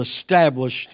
established